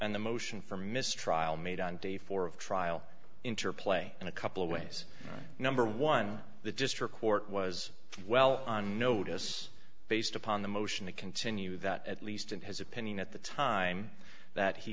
and the motion for mistrial made on day four of trial interplay in a couple of ways number one the district court was well on notice based upon the motion to continue that at least in his opinion at the time that he